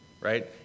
right